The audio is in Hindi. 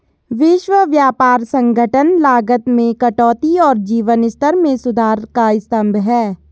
विश्व व्यापार संगठन लागत में कटौती और जीवन स्तर में सुधार का स्तंभ है